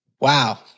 Wow